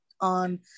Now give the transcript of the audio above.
on